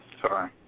sorry